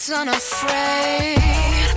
unafraid